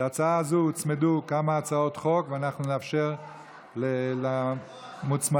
ההצעה להעביר את הצעת החוק לתיקון